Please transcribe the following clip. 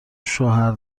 شوهر